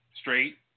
straight